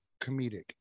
comedic